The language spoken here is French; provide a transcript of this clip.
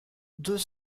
deux